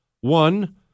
One